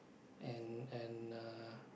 and and uh